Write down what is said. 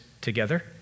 together